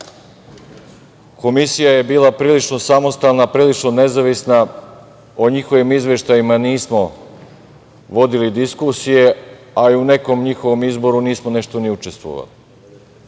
Komisija je bila prilično samostalna, prilično nezavisna. O njihovim izveštajima nismo vodili diskusije, a i u o nekom njihovom izboru nismo nešto ni učestvovali,